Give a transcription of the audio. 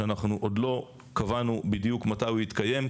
שעוד לא קבענו בדיוק מתי הוא יתקיים,